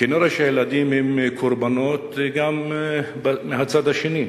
כנראה ילדים הם קורבנות גם מהצד השני.